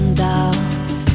doubts